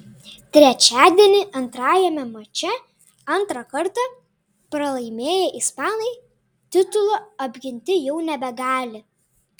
trečiadienį antrajame mače antrą kartą pralaimėję ispanai titulo apginti jau nebegali